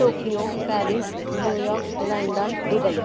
Tokyo Paris New York London Dubai